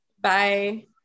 Bye